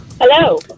Hello